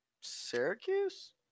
Syracuse